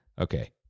Okay